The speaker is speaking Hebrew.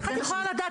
איך את יכולה לדעת?